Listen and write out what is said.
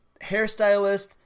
hairstylist